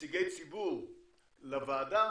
נציגי ציבור לוועדה